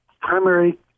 primary